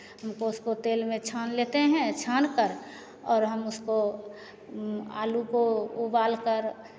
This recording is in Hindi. हमको उसको तेल में छान लेते हैं छान कर और हम उसको आलू को उबाल कर